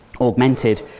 augmented